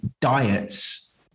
diets